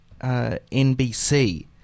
NBC